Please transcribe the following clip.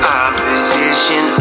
opposition